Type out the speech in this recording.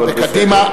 אבל בסדר.